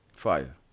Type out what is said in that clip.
Fire